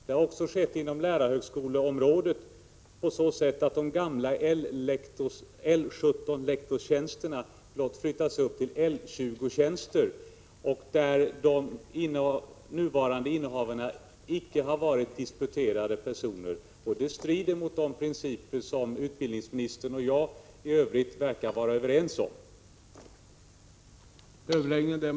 Det har också skett inom lärarhögskoleområdet på så sätt att de gamla L 17-lektorstjänsterna flyttats upp till L 20-tjänster, när de nuvarande innehavarna icke varit personer som har disputerat. Det strider mot de principer som utbildningsministern och jag i övrigt verkar vara överens om.